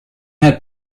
had